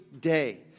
day